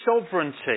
sovereignty